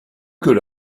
good